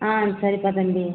ஆ சரிப்பா தம்பி